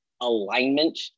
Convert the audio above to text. alignment